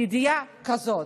ידיעה כזאת.